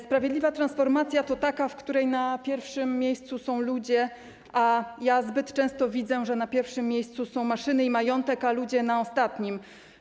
Sprawiedliwa transformacja to taka, w której na pierwszym miejscu są ludzie, a ja zbyt często widzę, że na pierwszym miejscu są maszyny i majątek, a ludzie na ostatnim.